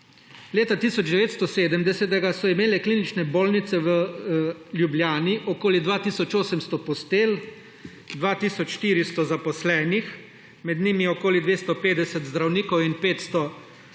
Leta 1970 so imele klinične bolnice v Ljubljani okoli 2 tisoč 800 postelj, 2 tisoč 400 zaposlenih, med njimi okoli 250 zdravnikov in 500